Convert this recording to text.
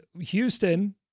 Houston